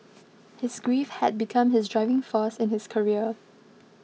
his grief had become his driving force in his career